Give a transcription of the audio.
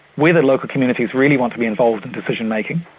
whether local communities really want to be involved in decision-making,